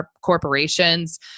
corporations